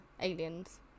aliens